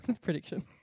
prediction